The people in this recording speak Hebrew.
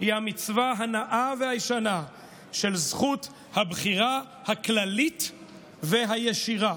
היא המצווה הנאה והישנה של זכות בחירה כללית וישירה".